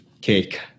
Cake